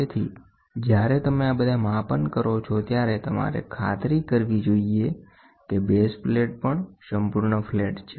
તેથી જ્યારે તમે આ બધા માપન કરો છો ત્યારે તમારે ખાતરી કરવી જોઈએ કે બેઝ પ્લેટ પણ સંપૂર્ણ ફ્લેટ છે